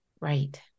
Right